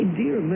dear